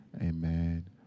Amen